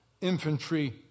infantry